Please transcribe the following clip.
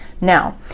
Now